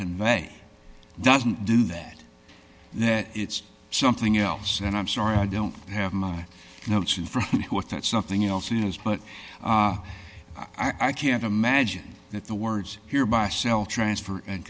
convey doesn't do that and that it's something else and i'm sorry i don't have my notes in for what that something else is but i can't imagine that the words hereby cell transfer and